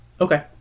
okay